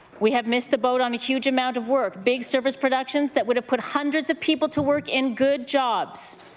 we have missed the boat on a huge amount of work big service productions that would have put hundreds of people to work in good jobs.